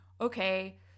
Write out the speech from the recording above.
okay